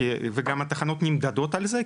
התחנות נמדדות על זה,